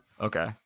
Okay